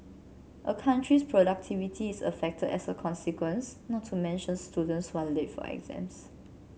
a country's productivity is affected as a consequence not to mention students who are late for exams